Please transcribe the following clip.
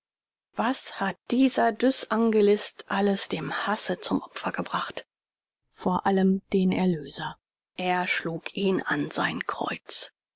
was hat dieser dysangelist alles dem hasse zum opfer gebracht vor allem den erlöser er schlug ihn an sein kreuz